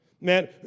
Man